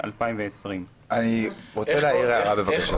התש"ף 2020. אני רוצה להעיר הערה, בבקשה.